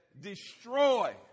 Destroy